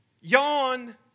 Yawn